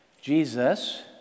Jesus